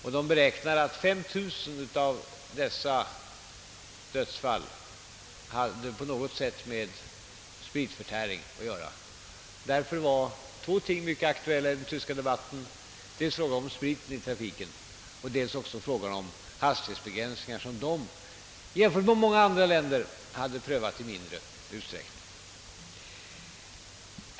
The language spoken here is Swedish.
Tyskarna beräknar att 5 000 av dödsfallen på något sätt hade att göra med spritförtäring, och därför var två ting aktuella i den tyska debatten, nämligen sprit i trafiken och hastighetsbegränsningar, vilka Tyskland endast prövat i mindre utsträckning jämfört med många andra länder.